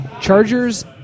Chargers